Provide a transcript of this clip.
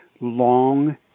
long